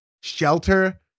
shelter